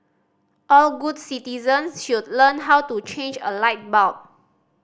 all good citizens should learn how to change a light bulb